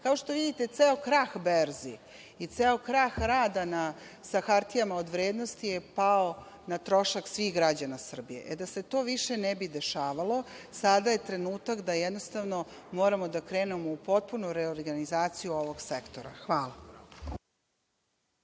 što vidite, ceo krah berzi i ceo krah rada sa hartijama od vrednosti je pao na trošak svih građana Srbije. Da se to više ne bi dešavalo, sada je trenutak da jednostavno moramo da krenemo u potpunu reorganizaciju ovog sektora. Hvala.